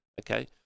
okay